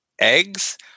eggs